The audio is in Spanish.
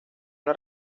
una